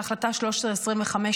בהחלטה 1325,